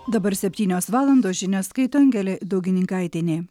dabar septynios valandos žinias skaitė angelė daugininkaitienė